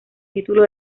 título